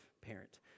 parent